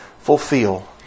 fulfill